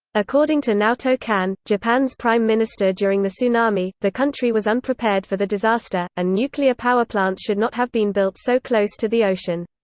according to naoto kan, japan's prime minister during the tsunami, the country was unprepared for the disaster, and nuclear power plants should not have been built so close to the ocean.